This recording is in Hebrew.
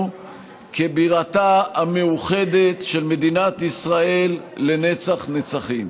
כבירתה המאוחדת של מדינת ישראל לנצח-נצחים.